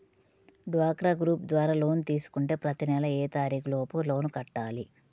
డ్వాక్రా గ్రూప్ ద్వారా లోన్ తీసుకుంటే ప్రతి నెల ఏ తారీకు లోపు లోన్ కట్టాలి?